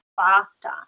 faster